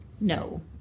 No